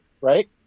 right